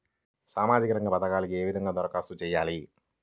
సామాజిక రంగ పథకాలకీ ఏ విధంగా ధరఖాస్తు చేయాలి?